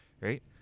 right